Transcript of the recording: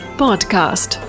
podcast